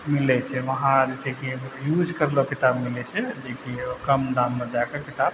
मिलै छै उहाँ जे छै कि यूज करलो किताब मिलै छै जे कि कम दाम मे दय के किताब